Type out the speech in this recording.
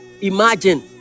Imagine